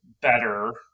better